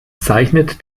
zeichnet